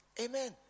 Amen